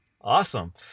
Awesome